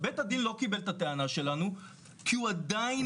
בית הדין לא קיבל את הטענה שלנו כי הוא עדיין